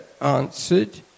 answered